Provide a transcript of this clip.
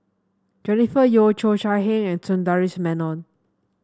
Jennifer Yeo Cheo Chai Hiang and Sundaresh Menon